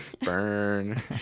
Burn